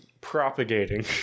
Propagating